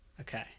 Okay